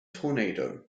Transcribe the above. tornado